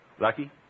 Lucky